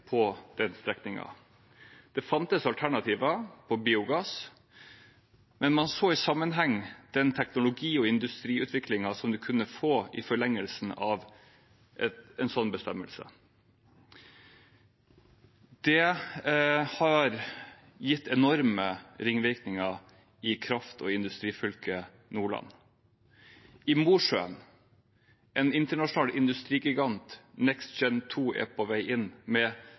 på den strekningen. Det fantes alternativer på biogass, men man så i sammenheng den teknologi- og industriutviklingen man kunne få i forlengelsen av en sånn bestemmelse. Det har gitt enorme ringvirkninger i kraft- og industrifylket Nordland. I Mosjøen er en internasjonal industrigigant, Gen2 Energy, på vei inn med